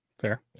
Fair